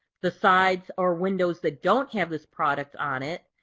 the sides are windows that don't have this product on it,